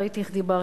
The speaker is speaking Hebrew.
ראיתי איך דיברת,